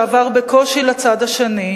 שעבר בקושי לצד השני,